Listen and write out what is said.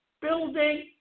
building